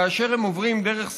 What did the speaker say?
כאשר הם עוברים דרך סיני.